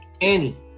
annie